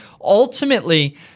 ultimately